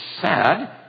sad